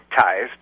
ties